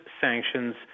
sanctions